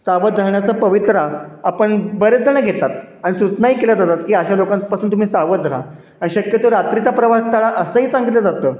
सावध राहण्याचा पवित्रा आपण बरेचजणं घेतात आणि सुचनाही केल्या जातात की अशा लोकांपासून तुम्ही सावध राहा आणि शक्यतो रात्रीचा प्रवास टाळा असंही सांगितलं जातं